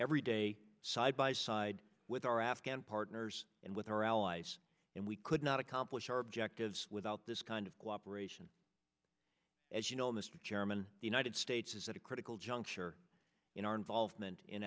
every day side by side with our afghan partners and with our allies and we could not accomplish our objectives without this kind of cooperation as you know mr chairman the united states is at a critical juncture in our involvement in